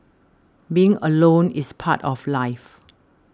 being alone is part of life